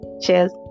Cheers